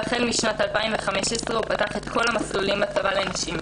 ואכן משנת 2015 הוא פתח את כל המסלולים בצבא לנשים.